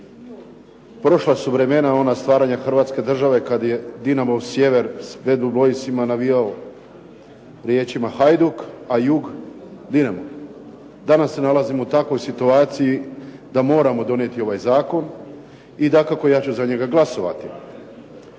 Prošla su vremena ona stvaranja Hrvatske države kad je Dinamov sjever s "Bad Blue Boysima" navijao riječima "Hajduk!" a jug "Dinamo!". Danas se nalazimo u takvoj situaciji da moramo donijeti ovaj zakon i dakako ja ću za njega glasovati.